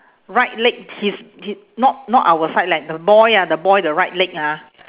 right leg his he not not our side leh the boy ah the boy the right leg ah